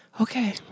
okay